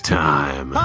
time